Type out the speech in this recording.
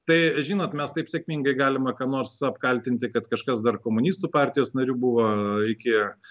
tai žinot mes taip sėkmingai galim ką nors apkaltinti kad kažkas dar komunistų partijos nariu buvo iki